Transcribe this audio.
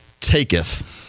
taketh